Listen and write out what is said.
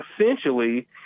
essentially